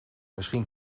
misschien